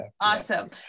Awesome